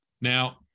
Now